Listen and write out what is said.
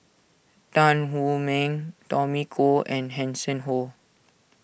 Tan Wu Meng Tommy Koh and Hanson Ho